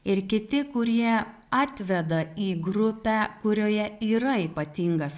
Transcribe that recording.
ir kiti kurie atveda į grupę kurioje yra ypatingas